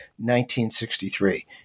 1963